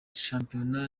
shampiona